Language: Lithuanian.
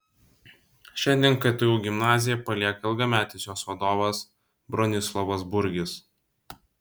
šiandien ktu gimnaziją palieka ilgametis jos vadovas bronislovas burgis